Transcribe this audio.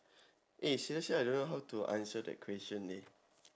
eh seriously I don't know how to answer that question leh